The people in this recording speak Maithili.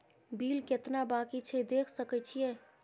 बिल केतना बाँकी छै देख सके छियै?